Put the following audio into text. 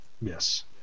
Yes